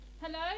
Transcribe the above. Hello